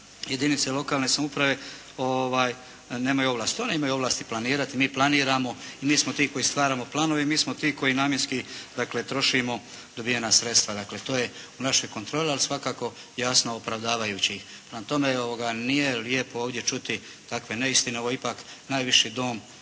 jedinice lokalne samouprave nemaju ovlasti. One imaju ovlasti planirati. Mi planiramo i mi smo ti koji stvaramo planove i mi smo ti koji namjenski trošimo dobijena sredstva. Dakle, to je u našoj kontroli ali svakako jasno opravdavajući. Prema tome, nije lijepo ovdje čuti takve neistine ovo je ipak najviši Dom